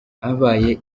habaye